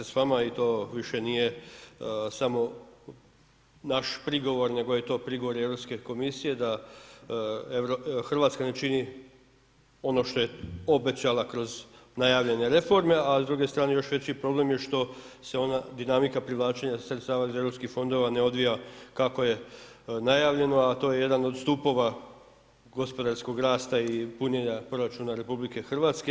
Kolega slažem se s vama i to više nije samo naš prigovor, nego je to prigovor i Europske komisije, da Hrvatska ne čini ono što je obećala kroz najavljene reforme, a s druge strane još veći problem što se ona dinamika privlačenja sredstava iz Europskih fondova, ne odvija onako kako je najavljena, a to je jedna od stupova gospodarskog rasta i punjenje proračuna RH.